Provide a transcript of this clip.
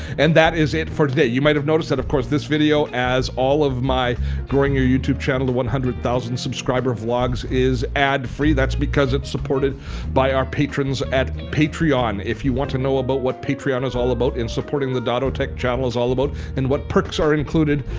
and that is it for today. you might have noticed that of course this video as all of my growing your youtube channel to one hundred thousand subscriber vlogs is ad-free. that's because it's supported our patrons at patreon. if you want to know about what patreon is all about and supporting the dottotech channel is all about and what perks are included,